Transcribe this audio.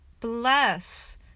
bless